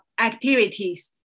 activities